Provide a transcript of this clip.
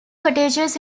cottages